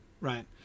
right